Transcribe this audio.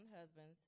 husbands